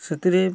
ସେଥିରେ